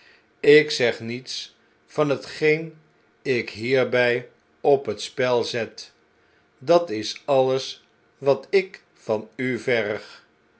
ik zeg niets van hetgeen ik hierbij op het spel zet dat is alles wat ik van u verg